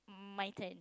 my turn